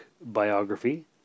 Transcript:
biography